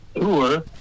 tour